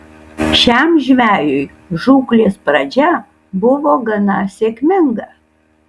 šiam žvejui žūklės pradžia buvo gana sėkminga